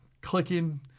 clicking